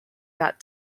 that